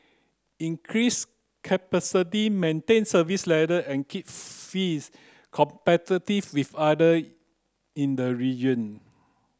increase capacity maintain service level and keep fees competitive with other in the region